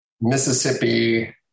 Mississippi